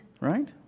Right